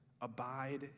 abide